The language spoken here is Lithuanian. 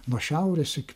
nuo šiaurės iki